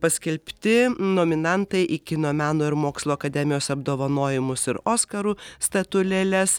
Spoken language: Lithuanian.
paskelbti nominantai į kino meno ir mokslo akademijos apdovanojimus ir oskarų statulėles